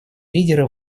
лидеры